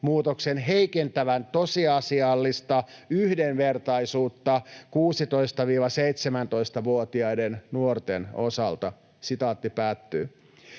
muutoksen heikentävän tosiasiallista yhdenvertaisuutta 16—17-vuotiaiden nuorten osalta.” Jos hallitus